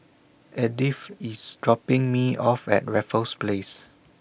Edith IS dropping Me off At Raffles Place